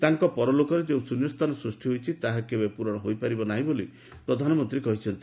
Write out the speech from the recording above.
ତାଙ୍କ ପରଲୋକରେ ଯେଉଁ ଶୃନ୍ୟସ୍ଥାନ ସୃଷ୍ଟି ହୋଇଛି ତାହା କେବେ ପୂରଣ ହୋଇପାରିବ ନାହିଁ ବୋଲି ପ୍ରଧାନମନ୍ତ୍ରୀ କହିଛନ୍ତି